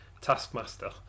Taskmaster